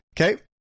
Okay